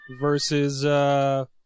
versus